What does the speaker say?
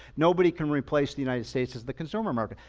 nobody can replace the united states as the consumer market.